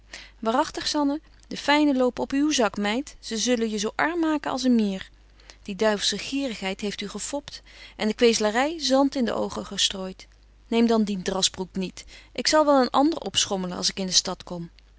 waaragtig zanne de fynen lopen op uw zak meid ze zullen je zo arm maken als een mier die duivelsche gierigheid heeft u gefopt en de kweeslary zand in de oogen gestrooit neem dan dien drasbroek niet ik zal wel een ander opschommelen als ik in de stad kom